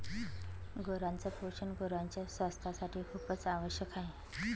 गुरांच पोषण गुरांच्या स्वास्थासाठी खूपच आवश्यक आहे